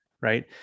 right